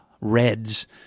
reds